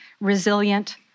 resilient